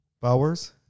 Bowers